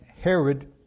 Herod